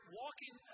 walking